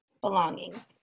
Belonging